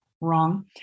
Wrong